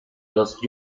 los